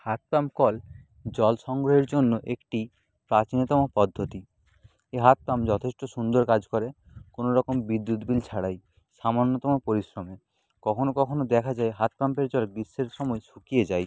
হাত পাম্প কল জল সংগ্রহের জন্য একটি প্রাচীনতম পদ্ধতি এ হাত পাম্প যথেষ্ট সুন্দর কাজ করে কোনো রকম বিদ্যুৎ বিল ছাড়াই সামান্যতম পরিশ্রমে কখনও কখনও দেখা যায় হাত পাম্পের জল গ্রীষ্মের সময় শুকিয়ে যায়